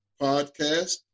podcast